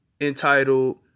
entitled